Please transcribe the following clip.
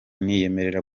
ntiyemera